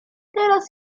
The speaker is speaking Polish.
teraz